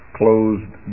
closed